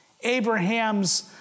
Abraham's